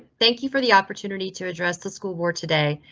thank you for the opportunity to address the school board today.